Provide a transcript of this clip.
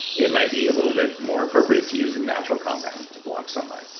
it might be a little bit more appropriate to use a natural compound to block sunlight.